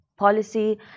Policy